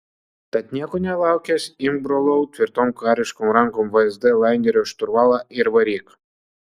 tad nieko nelaukęs imk brolau tvirtom kariškom rankom vsd lainerio šturvalą ir varyk